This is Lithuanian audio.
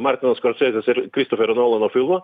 martinas koncelis ir kristoferio nolano filmą